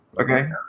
okay